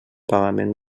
pagament